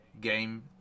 game